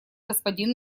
господин